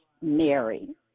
Mary